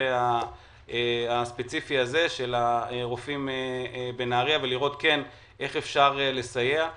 הספציפי הזה של הרופאים בנהריה ולראות איך אפשר לסייע.